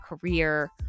career